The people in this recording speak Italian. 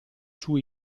suo